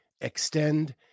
extend